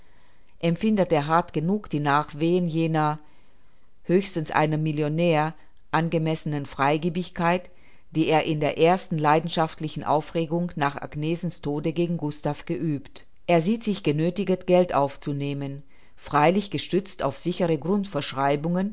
empfindet er hart genug die nachwehen jener höchstens einem millionair angemessenen freigebigkeit die er in der ersten leidenschaftlichen aufregung nach agnesens tode gegen gustav geübt er sieht sich genöthiget geld aufzunehmen freilich gestützt auf sichere